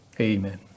amen